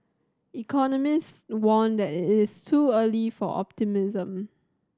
Economists warned that it is too early for optimism